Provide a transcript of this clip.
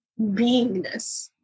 beingness